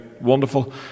wonderful